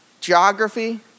Geography